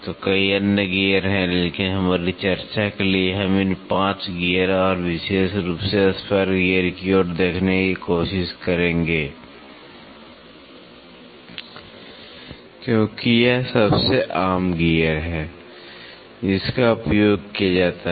तो कई अन्य गियर हैं लेकिन हमारी चर्चा के लिए हम इन 5 गियर और विशेष रूप से स्पर गियर की ओर देखने की कोशिश करेंगे क्योंकि यह सबसे आम गियर है जिसका उपयोग किया जाता है